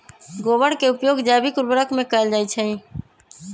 गोबर के उपयोग जैविक उर्वरक में कैएल जाई छई